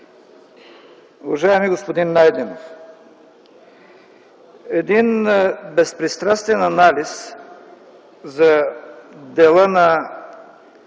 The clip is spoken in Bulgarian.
Уважаеми господин Найденов, един безпристрастен анализ за дела на